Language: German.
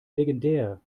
legendär